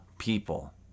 people